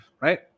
right